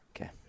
Okay